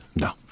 No